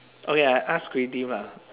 okay I ask creative ah